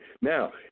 Now